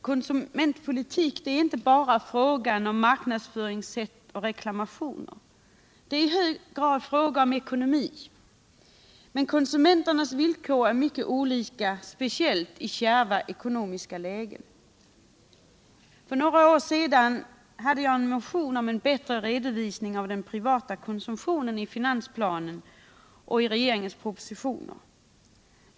Konsumentpolitik är inte bara en fråga om marknadsföringssätt och reklamationer utan i hög grad en fråga om ekonomi. Men konsumenternas villkor är mycket olika, speciellt i kärva ekonomiska lägen. För några år sedan väckte jag en motion om en bättre redovisning av den privata konsumtionen i finansplanen och i regeringens propositioner.